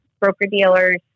broker-dealers